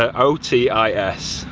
um o, t, i, s.